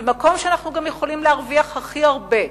ומקום שאנחנו גם יכולים להרוויח הכי הרבה,